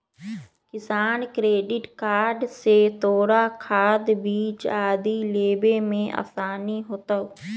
किसान credit card से तोरा खाद, बीज आदि लेवे में आसानी होतउ